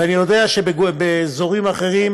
ואני יודע שבאזורים אחרים